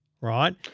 right